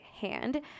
hand